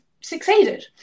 succeeded